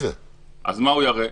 אז מה הוא יראה?